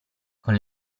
con